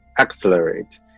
accelerate